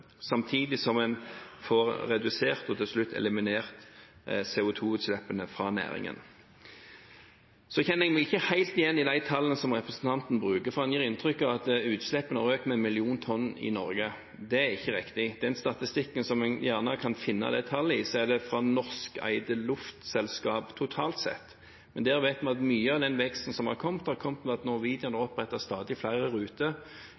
får redusert og til slutt eliminert CO2-uslippene fra næringen. Så kjenner jeg meg ikke helt igjen i de tallene som representanten Hansson bruker, for han gir inntrykk av at utslippene har økt med en million tonn i Norge. Det er ikke riktig. Den statistikken som en gjerne finner det tallet i, er fra norskeide luftselskap totalt sett, men der vet vi at mye av den veksten som har kommet, har kommet ved at Norwegian stadig oppretter flere ruter